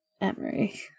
Emery